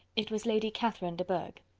it was lady catherine de bourgh.